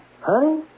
Honey